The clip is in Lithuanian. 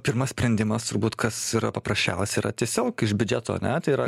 pirmas sprendimas turbūt kas yra paprasčiausia yra tiesiog iš biudžeto ane tai yra